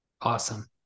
Awesome